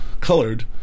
colored